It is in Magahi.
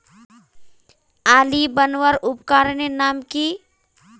आली बनवार उपकरनेर नाम की?